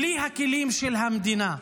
בלי הכלים של המדינה.